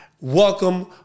Welcome